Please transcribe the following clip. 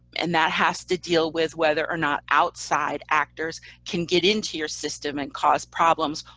and that has to deal with whether or not outside actors can get into your system and cause problems,